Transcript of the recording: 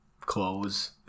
clothes